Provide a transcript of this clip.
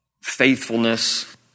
faithfulness